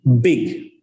big